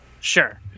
Sure